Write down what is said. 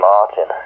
Martin